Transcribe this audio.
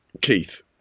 Keith